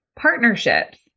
Partnerships